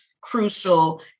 crucial